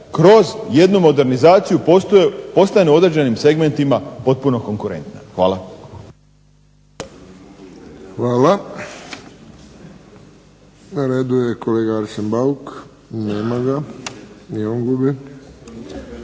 kroz jednu modernizaciju postane u određenim segmentima potpuno konkurentna. Hvala. **Friščić, Josip (HSS)** Hvala. Na redu je kolega Arsen Bauk. Nema ga. I on gubi